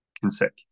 consecutive